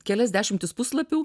kelias dešimtis puslapių